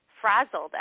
frazzled